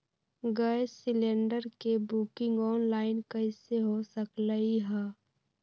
Gas cylinder के booking online कईसे हो सकलई ह?